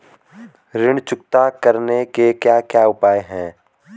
ऋण चुकता करने के क्या क्या उपाय हैं?